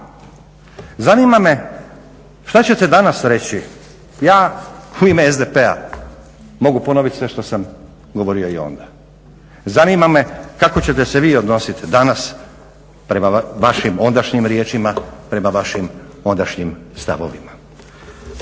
Zanima me šta ćete danas reći? Ja u ime SDP-a mogu ponoviti sve što sam govorio i onda. Zanima me kako ćete se vi odnositi danas prema vašim ondašnjim riječima prema vašim ondašnjim stavovima.